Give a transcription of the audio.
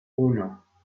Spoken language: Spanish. uno